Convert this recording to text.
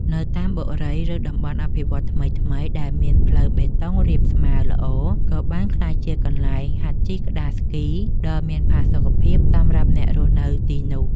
នៅតាមបុរី ឬតំបន់អភិវឌ្ឍន៍ថ្មីៗដែលមានផ្លូវបេតុងរាបស្មើល្អ ក៏បានក្លាយជាកន្លែងហាត់ជិះក្ដារស្គីដ៏មានផាសុកភាពសម្រាប់អ្នករស់នៅទីនោះ។